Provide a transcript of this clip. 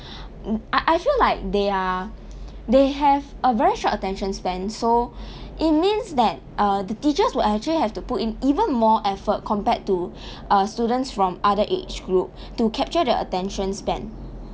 uh I feel like they are they have a very short attention span so it means that uh the teachers will actually have to put in even more effort compared to uh students from other age group to capture their attention span